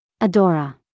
Adora